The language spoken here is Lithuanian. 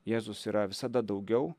jėzus yra visada daugiau